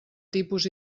tipus